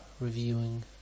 reviewing